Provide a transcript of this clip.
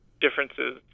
differences